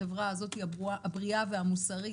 חברה בריאה ומוסרית,